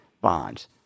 bonds